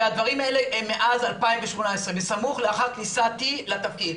והדברים האלה הם מאז 2018. בסמוך לאחר כניסתי לתפקיד,